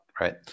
right